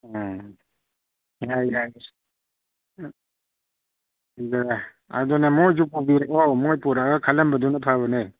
ꯎꯝ ꯌꯥꯏ ꯌꯥꯏ ꯑꯗꯨꯅ ꯃꯣꯏꯁꯨ ꯄꯨꯕꯤꯔꯛꯑꯣ ꯃꯣꯏ ꯄꯨꯔꯒ ꯈꯜꯍꯟꯕꯗꯨꯅ ꯐꯕꯅꯦ